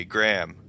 Graham